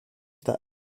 that